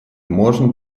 можно